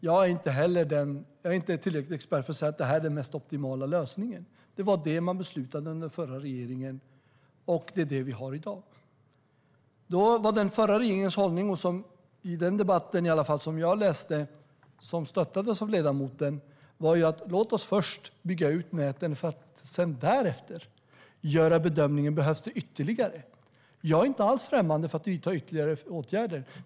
Jag är inte tillräckligt mycket expert för att kunna säga att detta är den mest optimala lösningen. Men det var detta man beslutade i den förra regeringen, och det är det vi har i dag. Den förra regeringens hållning i den debatt som jag läste, den hållning som stöttades av ledamoten, var: Låt oss först bygga ut näten för att därefter bedöma om det behövs något ytterligare. Jag är inte alls främmande för att vidta ytterligare åtgärder.